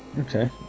okay